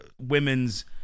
women's